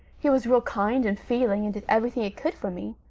he was real kind and feeling, and did everything he could for me,